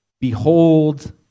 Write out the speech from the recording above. Behold